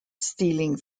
stealing